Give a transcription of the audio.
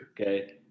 Okay